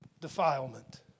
Defilement